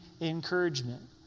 encouragement